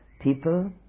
people